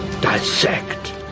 dissect